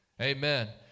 Amen